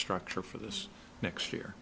structure for this next year